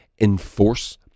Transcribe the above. enforce